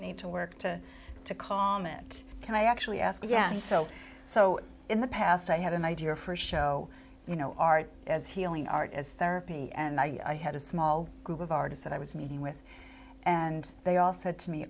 need to work to to calm it and i actually ask yeah so so in the past i had an idea for show you know art as healing art as therapy and i had a small group of artists that i was meeting with and they all said to me